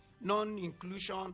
non-inclusion